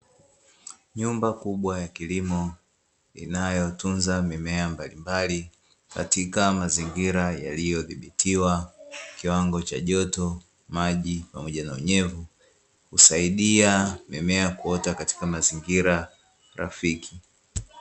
Nyumba kubwa ya kilimo inayotunza mimea mbalimbali katika mazingira yaliyodhibitiwa kiwango cha joto, maji pamoja na unyevu, husaidia mimea kuota katika mazingira rafiki.